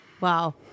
Wow